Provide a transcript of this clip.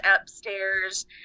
upstairs